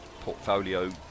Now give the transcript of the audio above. portfolio